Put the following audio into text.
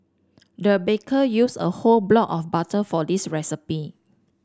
the baker used a whole block of butter for this recipe